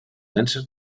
vèncer